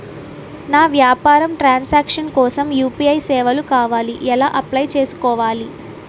నా వ్యాపార transaction కోసం యు.పి.ఐ సేవలు కావాలి ఎలా అప్లయ్ చేసుకోవాలి?